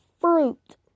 fruit